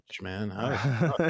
man